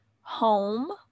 home